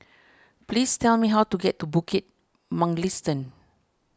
please tell me how to get to Bukit Mugliston